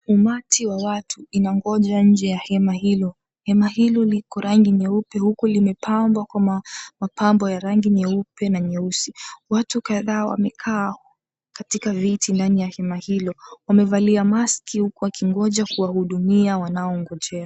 Umati wa watu inangoja nye ya hema hilo. Hema hilo liko rangi nyeupe huku limepambwa kwa mapambo ya rangi nyeupe na nyeusi. Watu kadhaa wamekaa katika viti ndani ya hema hilo. Wamevalia maski huku wakingoja kuwahudumia wanaongojea.